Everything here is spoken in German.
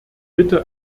bitte